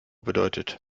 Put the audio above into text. bedeutet